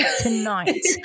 tonight